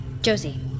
Josie